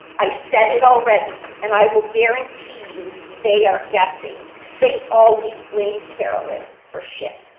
i said it already and i will guarantee you they are guessing they always blame carolynn for shit.